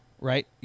right